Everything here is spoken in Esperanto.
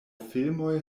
filmoj